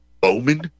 Bowman